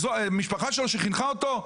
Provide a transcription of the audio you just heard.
המשפחה שחינכה אותו?